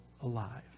alive